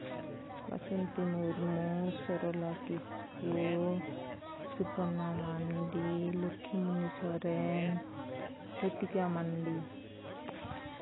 Basanti Murmu Sarala Kisku Suparna Mandi Lakshmimoni Soren Latika Mandi